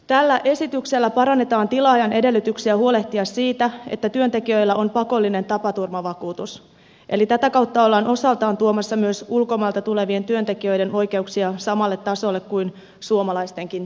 tällä esityksellä parannetaan tilaajan edellytyksiä huolehtia siitä että työntekijöillä on pakollinen tapaturmavakuutus eli tätä kautta ollaan osaltaan tuomassa ulkomailta tulevien työntekijöiden oikeuksia samalle tasolle kuin suomalaistenkin työntekijöiden